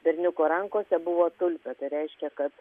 berniuko rankose buvo tulpė tai reiškia kad